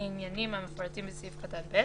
העניינים המפורטים בסעיף קטן (ב),